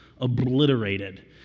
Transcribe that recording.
obliterated